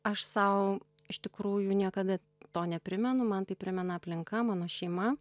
aš sau iš tikrųjų niekada to neprimenu man tai primena aplinka mano šeima